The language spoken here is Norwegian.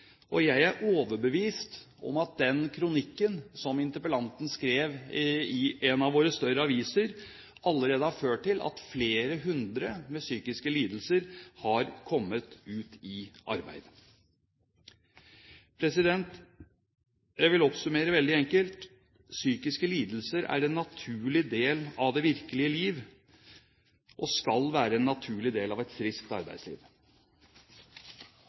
Jeg er overbevist om at den kronikken som interpellanten skrev i en av våre større aviser, allerede har ført til at flere hundre med psykiske lidelser har kommet ut i arbeid. Jeg vil oppsummere veldig enkelt: Psykiske lidelser er en naturlig del av det virkelige liv, og skal være en naturlig del av et friskt arbeidsliv.